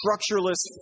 structureless